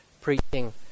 preaching